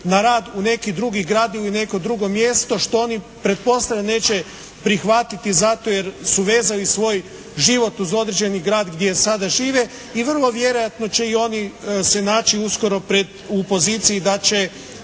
na rad u neki drugi grad ili neko drugo mjesto, što oni pretpostavljam neće prihvatiti zato jer su vezali svoj život uz određeni grad gdje sada žive. I vrlo vjerojatno će i oni se naći uskoro pred, u poziciji da će